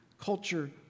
culture